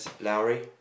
Lowry